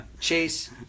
Chase